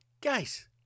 guys